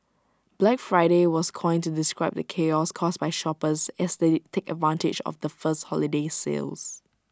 Black Friday was coined to describe the chaos caused by shoppers as they take advantage of the first holiday sales